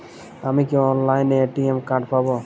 আমি কি অনলাইনে এ.টি.এম কার্ড পাব?